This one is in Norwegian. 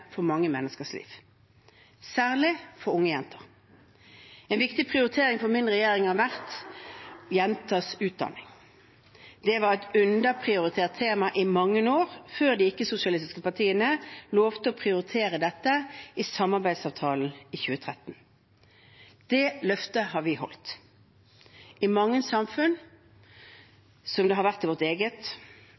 for mange menneskers liv, særlig for unge jenter. En viktig prioritering for min regjering har vært jenters utdanning. Det var et underprioritert tema i mange år, før de ikke-sosialistiske partiene lovte å prioritere dette i samarbeidsavtalen i 2013. Det løftet har vi holdt. I mange samfunn, som det har vært i vårt eget,